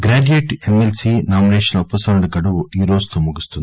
graduate MLC నామినేషన్ల ఉప సంహరణ గడువు ఈరోజుతో ముగుస్తుంది